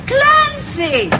Clancy